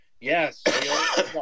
Yes